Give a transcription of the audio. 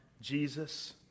Jesus